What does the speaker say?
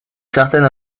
certaine